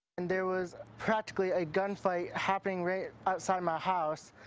and there was practially a gun fight happening right outside my house.